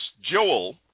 Joel